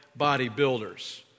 bodybuilders